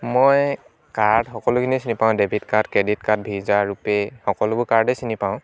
মই কাৰ্ড সকলোখিনিয়ে চিনি পাওঁ debit card credit card Visa RuPay সকলোবোৰ কাৰ্ডে চিনি পাওঁ